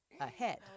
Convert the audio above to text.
ahead